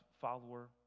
follower